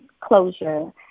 closure